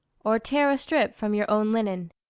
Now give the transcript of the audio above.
or tear a strip from you own linen.